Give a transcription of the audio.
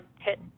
HIT